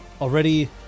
Already